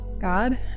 God